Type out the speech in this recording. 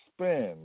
spend